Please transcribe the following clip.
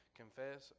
confess